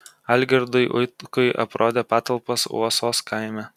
algirdui utkui aprodė patalpas uosos kaime